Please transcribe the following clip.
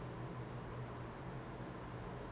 we should be keep